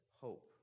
Hope